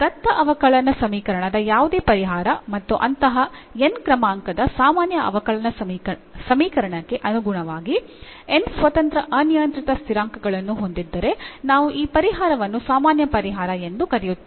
ದತ್ತ ಅವಕಲನ ಸಮೀಕರಣದ ಯಾವುದೇ ಪರಿಹಾರ ಮತ್ತು ಅಂತಹ n ನೇ ಕ್ರಮಾಂಕದ ಸಾಮಾನ್ಯ ಅವಕಲನ ಸಮೀಕರಣಕ್ಕೆ ಅನುಗುಣವಾಗಿ n ಸ್ವತಂತ್ರ ಅನಿಯಂತ್ರಿತ ಸ್ಥಿರಾಂಕಗಳನ್ನು ಹೊಂದಿದ್ದರೆ ನಾವು ಈ ಪರಿಹಾರವನ್ನು ಸಾಮಾನ್ಯ ಪರಿಹಾರ ಎಂದು ಕರೆಯುತ್ತೇವೆ